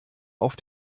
auf